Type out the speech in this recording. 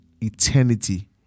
eternity